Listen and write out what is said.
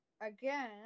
again